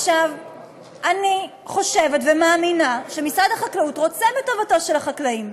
אני חושבת ומאמינה שמשרד החקלאות רוצה בטובתם של החקלאים.